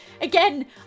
Again